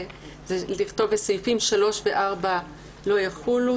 לכתוב: סעיפים 3 ו-4 לא יחולו.